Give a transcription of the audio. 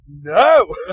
no